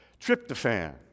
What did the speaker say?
Tryptophan